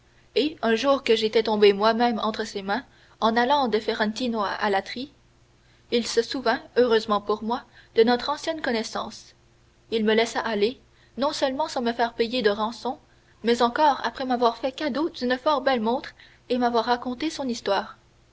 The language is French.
et un jour que j'étais tombé moi-même entre ses mains en allant de ferentino à alatri il se souvint heureusement pour moi de notre ancienne connaissance il me laissa aller non seulement sans me faire payer de rançon mais encore après m'avoir fait cadeau d'une fort belle montre et m'avoir raconté son histoire